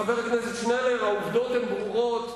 חבר הכנסת שנלר, העובדות הן ברורות.